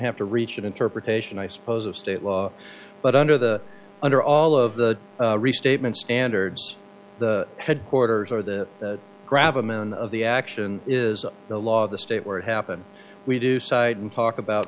have to reach an interpretation i suppose of state law but under the under all of the restatement standards the headquarters or the grab a man of the action is the law of the state where it happen we do cite and talk about